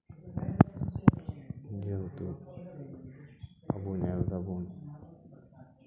ᱡᱮᱦᱮᱛᱩ ᱟᱵᱚ ᱧᱮᱞ ᱮᱫᱟᱵᱚᱱ